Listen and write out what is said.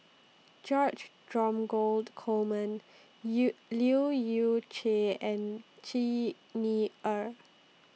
George Dromgold Coleman Yew Leu Yew Chye and Xi Ni Er